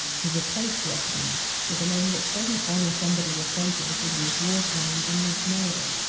to replace the eponym with a name that doesn honour somebody associated with war crimes and mass murder.